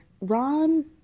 Ron